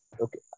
okay